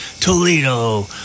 Toledo